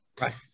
Right